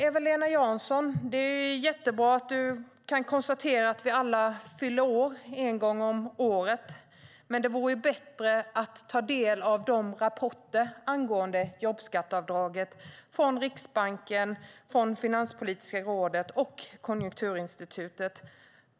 Eva-Lena Jansson, det är jättebra att du kan konstatera att vi alla fyller år en gång om året, men det vore bättre att ta del av alla rapporter om jobbskatteavdraget från Riksbanken, Finanspolitiska rådet och Konjunkturinstitutet.